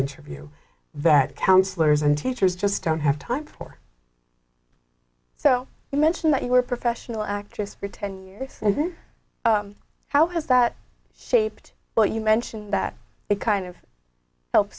interview that counsellors and teachers just don't have time for so you mention that you were professional actress for ten years and then how has that shaped what you mentioned that it kind of help